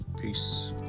peace